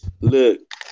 Look